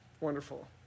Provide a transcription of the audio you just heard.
wonderful